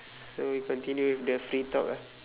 so we continue with the free talk ah